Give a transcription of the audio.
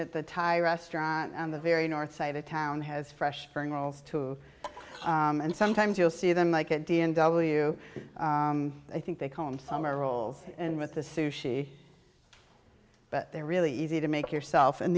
that the thai restaurant on the very north side of town has fresh spring rolls too and sometimes you'll see them like a d and w i think they call them summer rolls in with the sushi but they're really easy to make yourself and